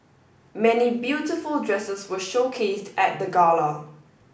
many beautiful dresses were showcased at the gala